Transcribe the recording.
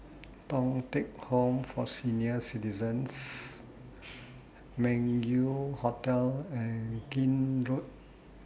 Thong Teck Home For Senior Citizens Meng Yew Hotel and Keene Road